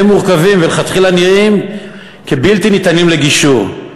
שהם מורכבים ולכתחילה נראים כבלתי ניתנים לגישור,